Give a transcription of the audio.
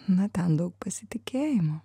na ten daug pasitikėjimo